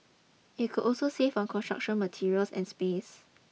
it could also save on construction materials and space